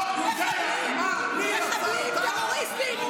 ואף אחד לא יודע מה, מחבלים, טרוריסטים.